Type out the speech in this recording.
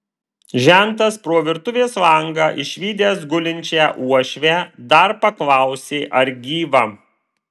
žentas pro virtuvės langą išvydęs gulinčią uošvę dar paklausė ar gyva